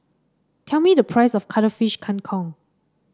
tell me the price of Cuttlefish Kang Kong